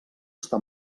està